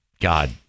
god